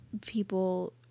people